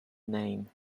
name